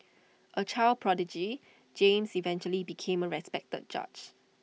A child prodigy James eventually became A respected judge